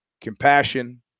compassion